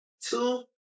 Two